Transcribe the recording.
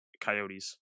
Coyotes